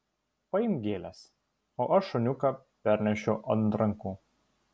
paimk gėles o aš šuniuką pernešiu ant rankų